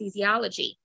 Anesthesiology